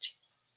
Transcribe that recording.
Jesus